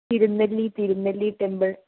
Thirunelli Thirunelli temple